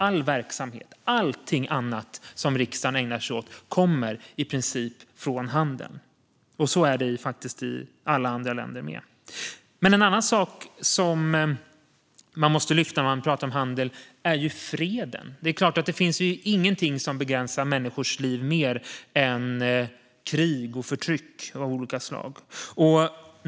All verksamhet, allting annat som riksdagen ägnar sig åt, kommer i princip från handeln. Så är det faktiskt i alla andra länder också. En annan sak som man måste lyfta när man pratar om handel är freden. Det är klart att det inte finns någonting som begränsar människors liv mer än krig och förtryck av olika slag.